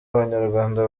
abanyarwanda